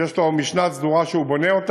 ויש לו משנה סדורה שהוא בונה,